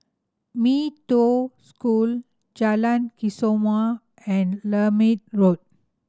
Mee Toh School Jalan Kesoma and Lermit Road